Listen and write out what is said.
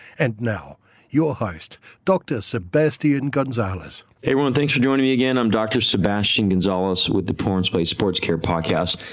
and now your host doctor sebastian gonzales. hi everyone, thanks for joining me again, i'm doctor sebastian gonzales with the performance place sports care podcast,